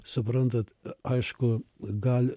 suprantat aišku gal